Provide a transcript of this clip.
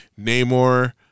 Namor